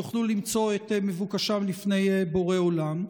יוכלו למצוא את מבוקשם לפני בורא עולם?